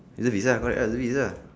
reservist ah correct reservist ah